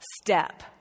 step